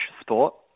sport